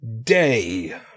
day